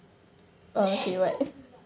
okay what